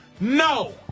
No